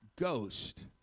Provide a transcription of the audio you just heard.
Ghost